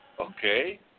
Okay